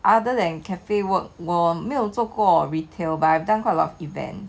other than cafe work 我没有做过 retail but I have done quite a lot of event